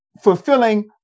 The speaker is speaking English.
fulfilling